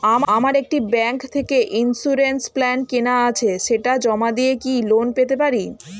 আমার একটি ব্যাংক থেকে ইন্সুরেন্স প্ল্যান কেনা আছে সেটা জমা দিয়ে কি লোন পেতে পারি?